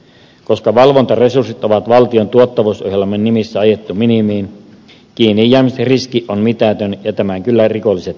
koska valvontaresurssit on valtion tuottavuusohjelman nimissä ajettu minimiin kiinnijäämisriski on mitätön ja tämän rikolliset kyllä tietävät